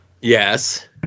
Yes